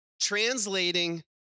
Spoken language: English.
Translating